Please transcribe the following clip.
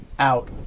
Out